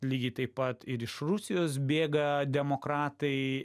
lygiai taip pat ir iš rusijos bėga demokratai